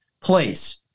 place